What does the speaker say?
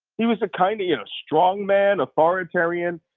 he was a kind of you know strong man authoritarian,